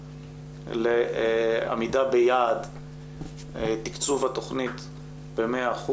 לעמידה ביעד תקצוב התכנית ב-100%,